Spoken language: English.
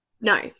No